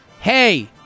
Hey